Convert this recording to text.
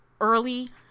early